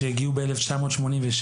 שהגיעו ב-1986,